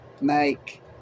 make